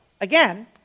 Again